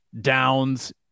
Downs